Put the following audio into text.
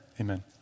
Amen